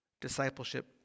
Discipleship